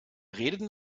reden